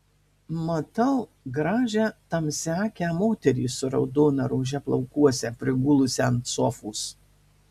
matau gražią tamsiaakę moterį su raudona rože plaukuose prigulusią ant sofos